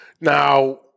Now